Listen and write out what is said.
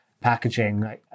packaging